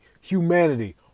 humanity